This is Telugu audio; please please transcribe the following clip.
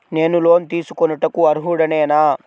నేను లోన్ తీసుకొనుటకు అర్హుడనేన?